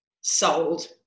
sold